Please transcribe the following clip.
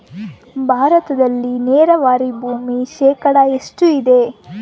ಭಾರತದಲ್ಲಿ ನೇರಾವರಿ ಭೂಮಿ ಶೇಕಡ ಎಷ್ಟು ಇದೆ?